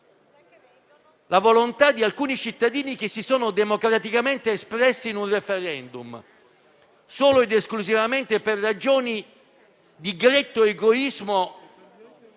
la volontà di alcuni cittadini che si sono democraticamente espressi in un *referendum* solo per ragioni di gretto egoismo